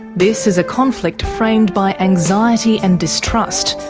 this is a conflict framed by anxiety and distrust,